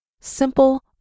Simple